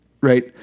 right